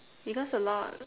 because a lot